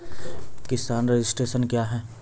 किसान रजिस्ट्रेशन क्या हैं?